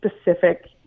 specific